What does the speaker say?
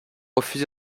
refusez